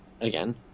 again